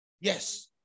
Yes